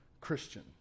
Christian